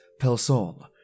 Pelsol